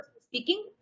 speaking